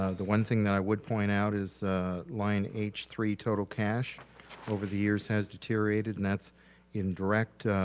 ah the one thing that i would point out is line h three total cash over the years has deteriorated and that's indirect